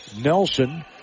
Nelson